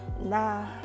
nah